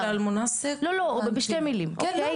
תגידי אל-מונסק, אני אבין.